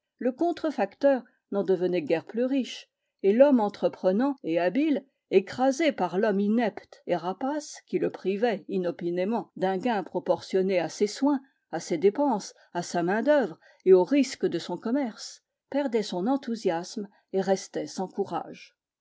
le contrefacteur n'en devenait guère plus riche et l'homme entreprenant et habile écrasé par l'homme inepte et rapace qui le privait inopinément d'un gain proportionné à ses soins à ses dépenses à sa main-d'œuvre et aux risques de son commerce perdait son enthousiasme et restait sans courage